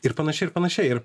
ir panašiai ir panašiai ir